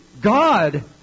God